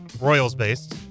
Royals-based